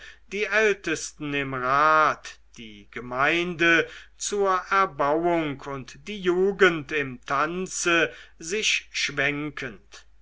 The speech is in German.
die ältesten im rat die gemeinde zur erbauung und die jugend im tanze sich schwenkend